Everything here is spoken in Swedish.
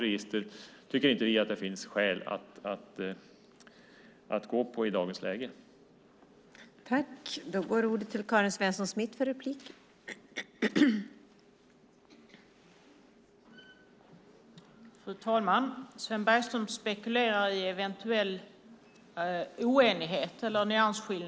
Vi tycker inte att det finns skäl att i dagens läge införa ett nytt statligt register.